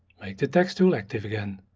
make the text tool active again.